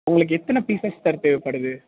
உங்களுக்கு எத்தனை pieces sir தேவைப்படுது